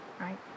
Right